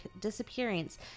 disappearance